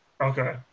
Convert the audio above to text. Okay